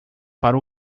para